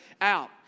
out